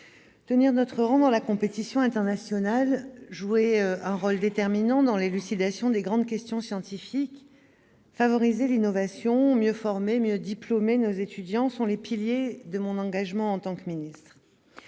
tenir notre rang dans la compétition internationale, jouer un rôle déterminant dans l'élucidation des grandes questions scientifiques, favoriser l'innovation, mieux former et mieux diplômer nos étudiants sont les piliers de mon engagement en tant que ministre.